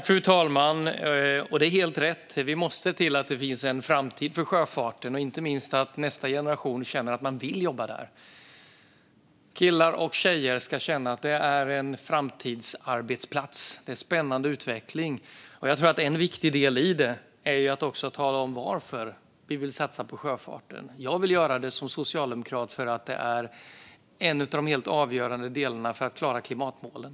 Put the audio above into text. Fru talman! Det är helt rätt. Vi måste se till att det finns en framtid för sjöfarten. Det handlar inte minst om att nästa generation känner att de vill jobba där. Killar och tjejer ska känna att det är en framtidsarbetsplats och en spännande utveckling. En viktig del i det är också att tala om varför vi vill satsa på sjöfarten. Jag vill göra det som socialdemokrat för att det är en av de helt avgörande delarna för att klara klimatmålen.